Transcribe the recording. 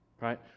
right